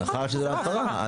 נכון, זה לא הפרה.